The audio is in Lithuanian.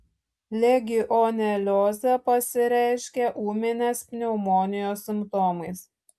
legioneliozė pasireiškia ūminės pneumonijos simptomais